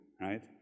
right